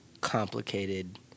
complicated